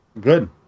Good